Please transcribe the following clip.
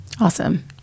Awesome